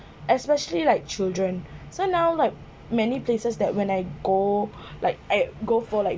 especially like children so now like many places that when I go like I go for like